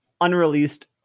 unreleased